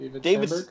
David